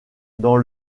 dans